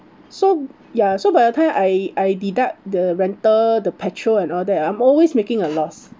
so ya so by the time I I deduct the rental the petrol and all that I'm always making a loss